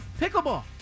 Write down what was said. pickleball